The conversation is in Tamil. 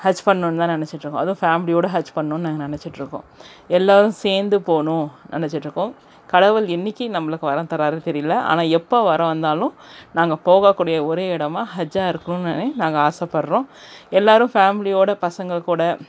ஹஜ் பண்ணணுன் தான் நெனைச்சிட்ருக்கோம் அதுவும் ஃபேமிலியோடு ஹஜ் பண்ணணுன் நாங்கள் நினச்சிட்ருக்கோம் எல்லோரும் சேர்ந்து போகணும் நினச்சிட்ருக்கோம் கடவுள் என்றைக்கு நம்மளுக்கு வரம் தரார் தெரியலை ஆனால் எப்போது வரம் வந்தாலும் நாங்கள் போகக்கூடிய ஒரே இடமாக ஹஜ்ஜா இருக்குதுனுன்னு நாங்கள் ஆசைப்படுகிறோம் எல்லோரும் ஃபேமிலியோடு பசங்கள் கூட